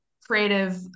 creative